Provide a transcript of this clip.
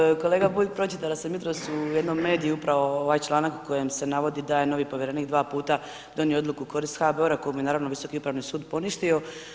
Dakle kolega Bulj, pročitala sam jutros u jednom mediju upravo ovaj članak u kojem se navodi da je novi povjerenik dva puta donio odluku u korist HBOR-a koju mu je naravno Visoki upravni sud poništio.